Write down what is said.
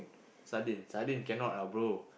sardine sardine cannot bro